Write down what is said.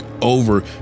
over